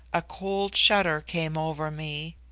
a cold shudder came over me.